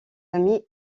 amis